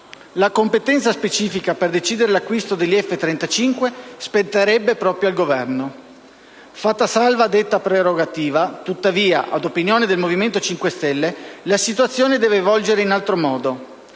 la competenza specifica per decidere l'acquisto degli F-35 spetterebbe proprio al Governo. Fatta salva detta prerogativa, tuttavia, ad opinione del Movimento 5 Stelle, la situazione deve volgere in altro modo.